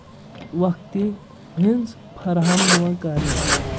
وقتہِ ہٕنٛز فراہم یِوان کرنہٕ